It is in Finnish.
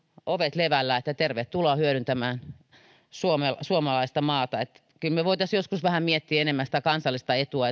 ovet levällään että tervetuloa hyödyntämään suomalaista maata kyllä me voisimme joskus vähän miettiä enemmän sitä kansallista etua